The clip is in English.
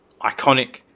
iconic